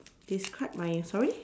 discard my sorry